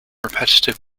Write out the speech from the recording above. repetitive